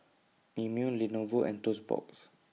Mimeo Lenovo and Toast Box